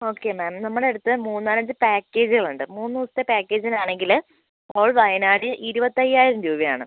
okay ma'am നമ്മുടെ അടുത്ത് മൂന്നാലഞ്ച് പാക്കേജുകളുണ്ട് മൂന്ന് ദിവസത്തെ പാക്കേജുകളാണെങ്കിൽ ഓൾ വയനാട് ഇരുപത്തി അയ്യായിരം രൂപയാണ്